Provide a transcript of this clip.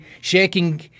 shaking